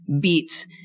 beats